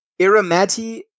Iramati